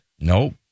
Nope